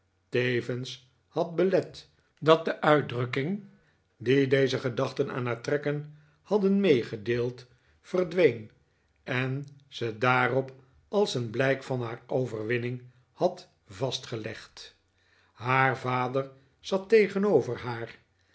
teyens had belet dat de uitdrukking die deze gedachten aan haar trekken hadden meegedeeld verdween en ze daarop als een blijk van haar overwinning had vastgelegd haar vader zat tegenover haar